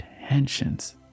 intentions